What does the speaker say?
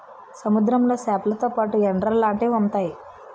సముద్రంలో సేపలతో పాటు ఎండ్రలు లాంటివి ఉంతాయి